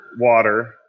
water